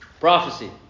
Prophecy